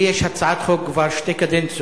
לי יש הצעת חוק כבר שתי קדנציות,